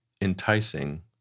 enticing